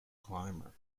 clymer